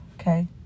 Okay